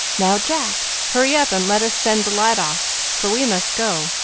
now, jack, hurry up and let us send the lot off, for we must go,